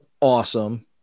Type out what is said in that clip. awesome